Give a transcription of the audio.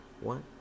one